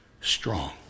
strong